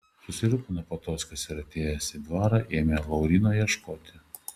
susirūpino patockas ir atėjęs į dvarą ėmė lauryno ieškoti